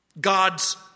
God's